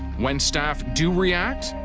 when staff do react,